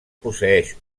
posseeix